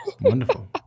Wonderful